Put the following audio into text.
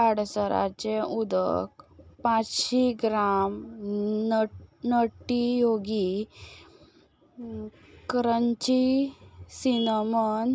आडसराचें उदक पांचशी gram nut Nutty Yogi crunchy cinnamon